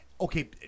okay